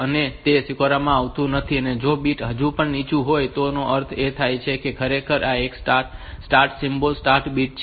અને તે સ્વીકારવામાં આવતું નથી અને જો બીટ હજુ પણ નીચું હોય તો તેનો અર્થ એ થાય છે કે તે ખરેખર એક સ્ટાર્ટ સિમ્બોલ સ્ટાર્ટ બીટ છે